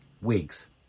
wigs